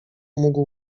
mógł